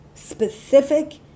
specific